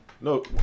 No